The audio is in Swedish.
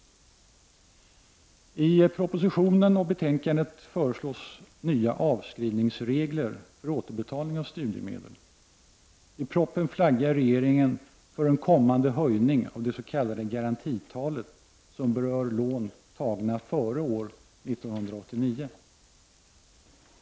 I propositionen och betänkandet föreslås nya avskrivningsregler för återbetalning av studiemedel. I propositionen flaggar regeringen för en kommande höjning av det s.k. garantitalet, som berör lån tagna före 1989.